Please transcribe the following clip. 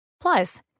Plus